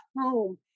home